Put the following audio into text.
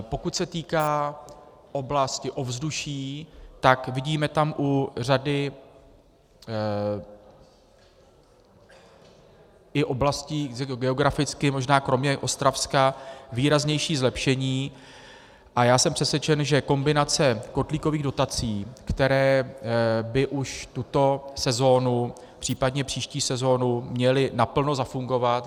Pokud se týká oblasti ovzduší, vidíme tam u řady i oblastí geograficky, možná kromě Ostravska, výraznější zlepšení a já jsem přesvědčen, že kombinace kotlíkových dotací, které by už tuto sezonu, případně příští sezonu, měly naplno zafungovat.